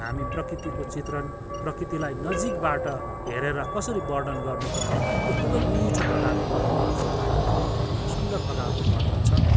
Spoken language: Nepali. हामी प्रकृतिको चित्रण प्रकृतिलाई नजिकबाट हेरेर कसरी वर्णन गर्नुपर्ने त्यो खुबै मिठो प्रकारले वर्णन गरेका छन् टाइगर हिलको वर्णन सुन्दर प्रकारको वर्णन छ